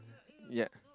yea